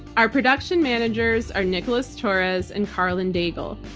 our production managers are nicholas torres and karlyn daigle.